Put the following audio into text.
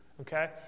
Okay